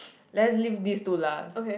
let's leave these two last